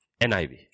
NIV